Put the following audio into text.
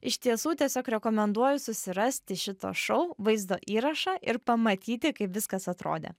iš tiesų tiesiog rekomenduoju susirasti šito šou vaizdo įrašą ir pamatyti kaip viskas atrodė